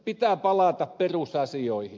pitää palata perusasioihin